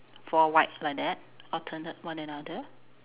four white like that alternate one another